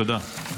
תודה.